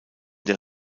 der